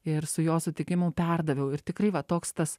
ir su jo sutikimu perdaviau ir tikrai va toks tas